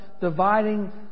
dividing